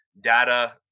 data